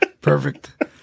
Perfect